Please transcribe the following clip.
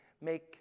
make